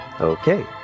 Okay